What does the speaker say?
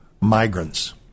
migrants